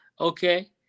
Okay